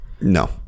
No